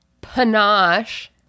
panache